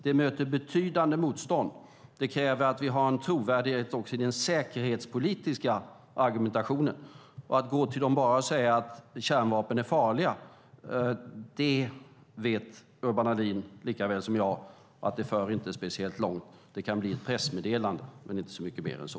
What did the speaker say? Det möter betydande motstånd. Det kräver att vi har en trovärdighet också i den säkerhetspolitiska argumentationen. Urban Ahlin vet likaväl som jag att det inte för speciellt långt att bara gå till dem och säga att kärnvapen är farliga. Det kan bli ett pressmeddelande men inte mycket mer än så.